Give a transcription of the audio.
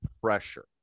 pressure